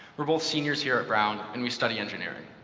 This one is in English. were both seniors here at brown, and we study engineering.